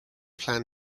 plan